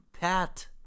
Pat